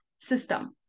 system